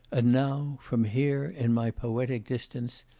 and now from here in my poetic distance,